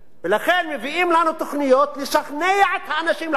ולכן מביאים לנו תוכניות לשכנע את האנשים לעבוד.